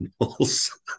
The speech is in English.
animals